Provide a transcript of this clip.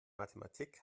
mathematik